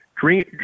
dream